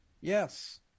Yes